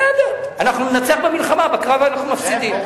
בסדר, אנחנו ננצח במלחמה, בקרב אנחנו מפסידים.